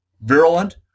virulent